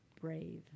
brave